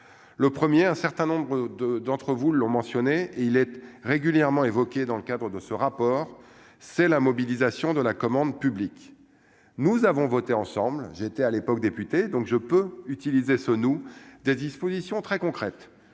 : le 1er, un certain nombre de d'entre vous l'ont mentionné et il est régulièrement évoquée dans le cadre de ce rapport, c'est la mobilisation de la commande publique, nous avons voté ensemble, j'étais à l'époque député donc je peux utiliser ce nous des dispositions très concrètes